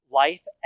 life